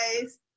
guys